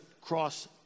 cross